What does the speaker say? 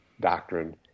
doctrine